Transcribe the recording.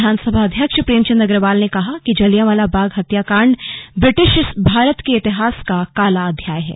विधानसभा अध्यक्ष प्रेमचंद अग्रवाल ने कहा कि जलियांवाला बाग हत्याकांड ब्रिटिश भारत के इतिहास का काला अध्याय है